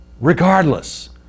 regardless